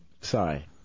Sorry